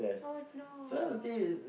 oh no